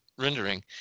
rendering